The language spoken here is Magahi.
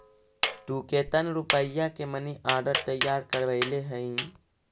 तु केतन रुपया के मनी आर्डर तैयार करवैले हहिं?